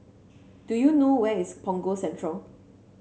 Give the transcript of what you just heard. do you know where is Punggol Central